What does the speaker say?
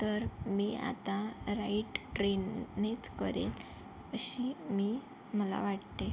तर मी आता राईट ट्रेननेच करेन अशी मी मला वाटते